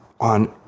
on